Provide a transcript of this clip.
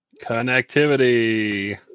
connectivity